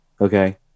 Okay